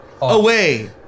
away